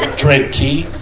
ah drink tea.